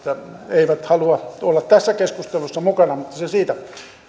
eivät halua olla tässä keskustelussa mukana mutta se siitä